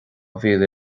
mhíle